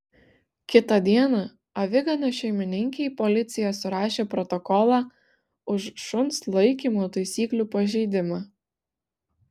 kitą dieną aviganio šeimininkei policija surašė protokolą už šuns laikymo taisyklių pažeidimą